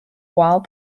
while